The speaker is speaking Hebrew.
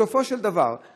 בסופו של דבר,